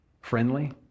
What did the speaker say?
friendly